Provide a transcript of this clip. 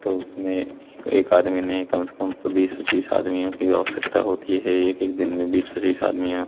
तो उसमें एक आदमी नहीं कम से कम तो बीस पच्चीस आदमियों की आवश्यकता होती है एक एक दिन में बीस पच्चीस आदमियों